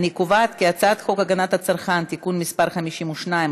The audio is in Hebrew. אני קובעת כי הצעת חוק הגנת הצרכן (תיקון מס' 52),